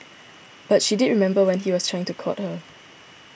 but she did remember when he was trying to court her